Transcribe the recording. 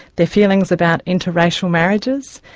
their feelings about inter-racial marriages,